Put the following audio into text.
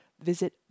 Visit